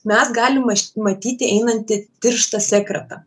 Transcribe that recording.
mes galim maš matyti einantį tirštą sekretą